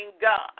God